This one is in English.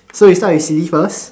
so we start with silly first